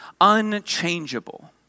unchangeable